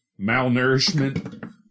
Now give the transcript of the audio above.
malnourishment